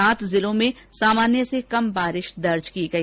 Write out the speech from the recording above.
सात जिलों में सामान्य से कम बारिश दर्ज की गई